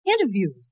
interviews